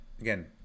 again